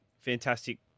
Fantastic